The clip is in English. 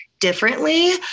differently